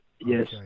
yes